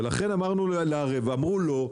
ולכן אמרנו לערב ואמרו לא,